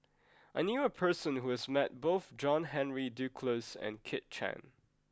I knew a person who has met both John Henry Duclos and Kit Chan